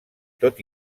tot